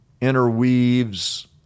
interweaves